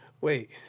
Wait